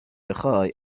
بخای